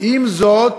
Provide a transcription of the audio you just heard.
עם זאת,